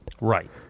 right